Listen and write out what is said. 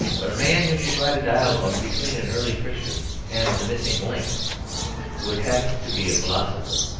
but a man who should write a dialogue between an early christian and the missing link would have to be a philosopher.